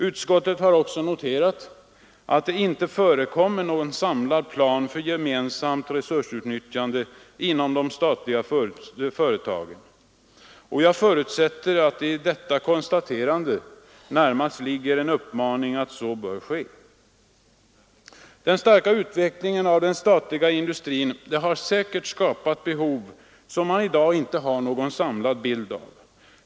Utskottet har också noterat att det inte förekommer någon samlad plan för gemensamt resursutnyttjande inom de statliga företagen, och jag förutsätter att det i detta konstaterande närmast ligger en uppmaning att en sådan plan bör komma till stånd. Den starka utvecklingen av den statliga industrin har säkerligen skapat behov som man i dag inte har någon samlad bild av.